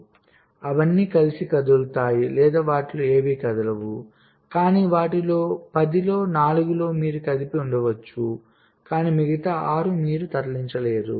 కాబట్టి అవన్నీ కలిసి కదులుతాయి లేదా వాటిలో ఏవీ కదలవు కాని వాటిలో పది నాలుగులో మీరు కదిపిఉండవచ్చు కాని మిగతా ఆరు మీరు తరలించలేరు